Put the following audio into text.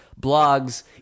blogs